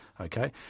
okay